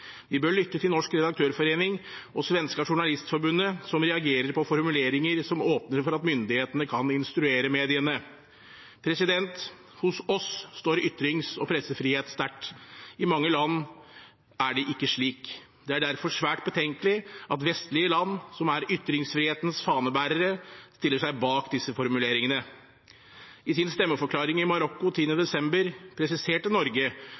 Vi bør lytte til Norsk Redaktørforening og Svenska Journalistförbundet, som reagerer på formuleringer som åpner for at myndighetene kan instruere mediene. Hos oss står ytrings- og pressefrihet sterkt. I mange land er det ikke slik. Det er derfor svært betenkelig at vestlige land, som er ytringsfrihetens fanebærere, stiller seg bak disse formuleringene. I sin stemmeforklaring i Marokko 10. desember presiserte Norge